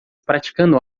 praticando